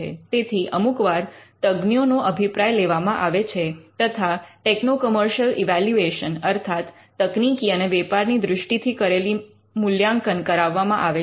તેથી અમુક વાર તજજ્ઞોનો અભિપ્રાય લેવામાં આવે છે તથા ટેક્નો કમર્શિયલ ઇવૅલ્યુએશન અર્થાત તકનીકી અને વેપારની દૃષ્ટિથી કરેલું મૂલ્યાંકન કરાવવામાં આવે છે